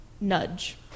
nudge